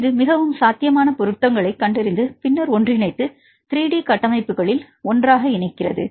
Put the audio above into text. இது மிகவும் சாத்தியமான பொருத்தங்களைக் கண்டறிந்து பின்னர் ஒன்றிணைத்து 3D கட்டமைப்புகளில் ஒன்றாக இணைக்கிறது